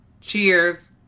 Cheers